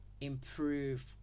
improve